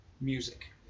music